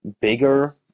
bigger